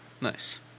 Nice